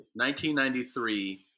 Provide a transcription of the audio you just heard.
1993